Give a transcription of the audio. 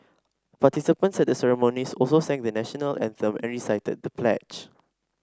participants at the ceremonies also sang the National Anthem and recited the pledge